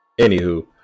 Anywho